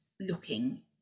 looking